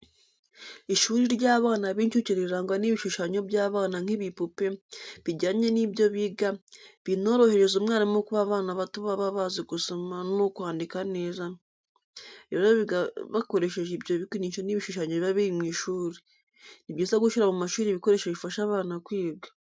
Ishuri ry'abana b'incuke riragwa n'ibishushanyo by'abana nk'ibipupe, bijyanye nibyo biga, binorohereza umwarimu kuko abana bato bataba bazi gusoma no kwandika neza, rero biga bakoresheje ibyo bikinisho n'ibishushanyo biba biri mu ishuri. Ni byiza gushyira mu mashuri ibikoresho bifasha abana kwiga.